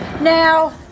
Now